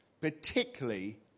Particularly